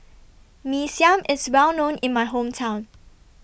Mee Siam IS Well known in My Hometown